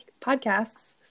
podcasts